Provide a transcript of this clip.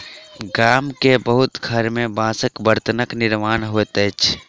गाम के बहुत घर में बांसक बर्तनक निर्माण होइत अछि